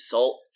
Salt